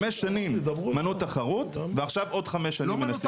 5 שנים מנעו תחרות ועכשיו עוד 5 שנים מנסים למנוע.